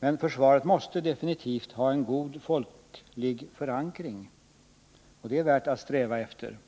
Men försvaret måste definitivt ha en bred folklig förankring, och det är någonting som det är värt att sträva efter.